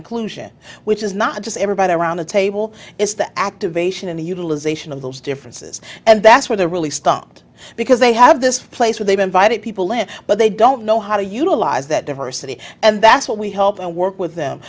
inclusion which is not just everybody around the table it's the activation in the utilization of those differences and that's where they're really stopped because they have this place where they've invited people in but they don't know how to utilize that diversity and that's what we help and work with them